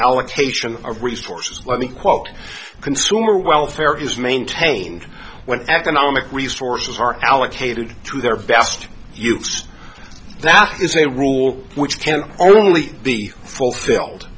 allocation of resources let me quote consumer welfare is maintained when economic resources are allocated to their best use that is a rule which can only be fulfilled